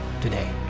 today